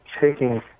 taking